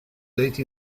late